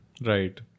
Right